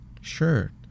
Sure